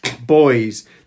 Boys